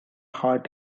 heart